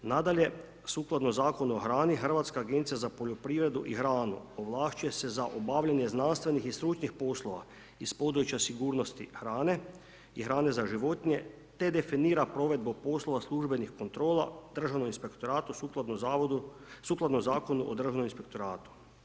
Nadalje, sukladno Zakonu o hrani, Hrvatska agencija za poljoprivredu i hranu ovlašćuje se za obavljanje znanstvenih i stručnih poslova iz područja sigurnosti hrane i hrane za životinje, te definira provedbu poslova službenih kontrola državnom inspektora sukladno zakonu o državnom inspektoratu.